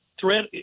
threat